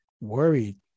worried